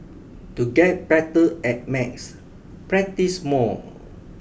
to get better at maths practise more